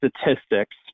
statistics